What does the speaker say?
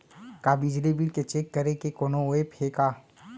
का बिजली बिल ल चेक करे के कोनो ऐप्प हे का?